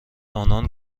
آنان